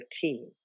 team